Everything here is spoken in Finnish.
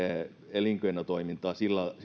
elinkeinotoimintaa